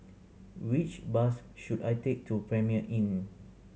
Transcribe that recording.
which bus should I take to Premier Inn